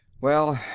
well,